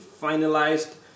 finalized